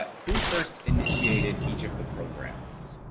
who first initiated each of the programs?